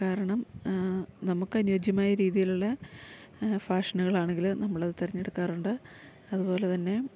കാരണം നമുക്ക് അനുയോജ്യമായ രീതിയിലുള്ള ഫാഷനുകളാണെങ്കില് നമ്മളത് തെരഞ്ഞെടുക്കാറുണ്ട് അതുപോലെ തന്നെ